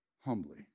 humbly